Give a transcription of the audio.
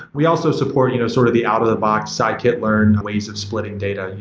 we also support you know sort of the out of the box scikit-learn ways of splitting data.